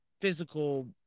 physical